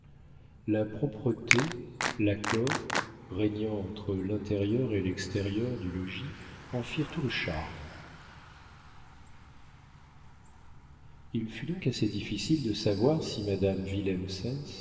la propreté l'accord régnant entre l'intérieur et l'extérieur du logis en firent tout le charme il fut donc assez difficile de savoir si madame